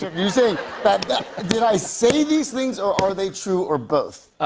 you say did i say these things or are they true or both?